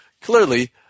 Clearly